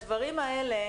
הדברים האלה,